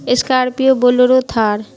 scorpio bolero Thar